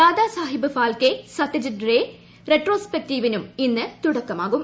ദാദാ സാഹബ് ഫാൽക്കെ സത്യജിത് റേ റെട്രോസ്പെക്ടിവിനും ഇന്ന് തുടക്കമാകും